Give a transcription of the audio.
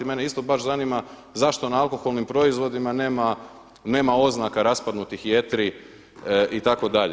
Mene isto baš zanima zašto na alkoholnim proizvodima nema oznaka raspadnutih jetri itd.